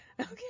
Okay